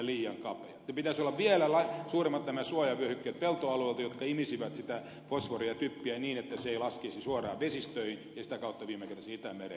pitäisi olla vielä suuremmat suojavyöhykkeet peltoalueilta jotka imisivät sitä fosforia ja typpeä niin että se ei laskisi suoraan vesistöihin ja sitä kautta viime kädessä itämereen